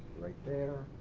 right there.